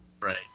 Right